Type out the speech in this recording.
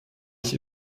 ich